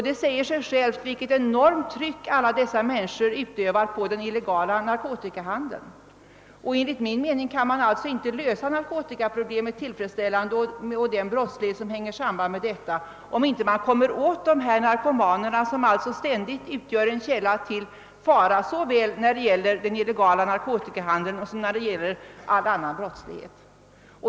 Det säger sig självt vilket enormt tryck alla dessa människor utövar på den illegala narkotikahandeln. Enligt min mening kan man inte lösa narkotikaproblemet tillfredsställande och förhindra den brottslighet som hör samman med detta, om man inte kommer åt dessa narkomaner, som ständigt utgör en källa till fara såväl när det gäller den illegala narkotikahandeln som all annan brottslighet.